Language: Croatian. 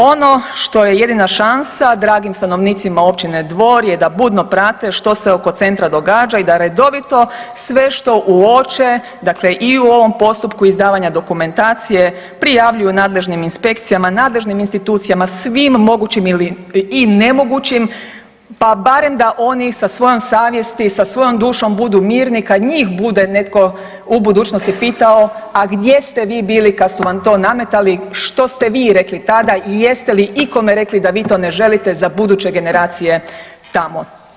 Ono što je jedina šansa dragim stanovnicima općine Dvor je da budno prate što se oko centra događa i da redovito sve što uoče dakle i u ovom postupku izdavanja dokumentacije prijavljuju nadležnim inspekcijama, nadležnim institucijama, svim mogućim i nemogućim pa barem da oni sa svojom savjesti, sa svojom dušom budu mirni kada njih bude netko u budućnosti pitao a gdje ste vi bili kada su vam to nametala, što ste vi rekli tada i je li ikome rekli da vi to ne želite za buduće generacije tamo?